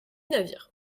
navires